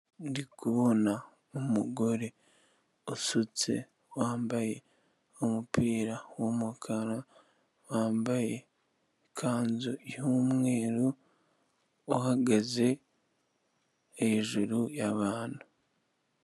Ndikubona umugore usutse, wambaye umupira w'umukara, wambaye ikanzu y'umweru, uhagaze hejuru y'abantu.